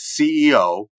CEO